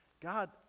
God